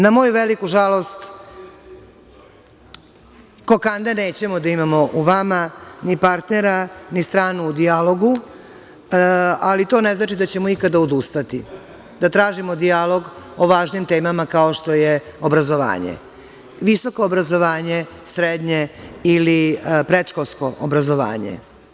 Na moju veliku žalost, ko kande nećemo da imamo u vama, ni partnera, ni stranu u dijalogu, ali to ne znači da ćemo ikada odustati da tražimo dijalog o važnim temama, kao što je obrazovanje, visoko obrazovanje, srednje ili predškolsko obrazovanje.